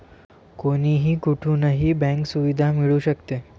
कोणीही कुठूनही बँक सुविधा मिळू शकते